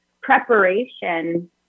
preparation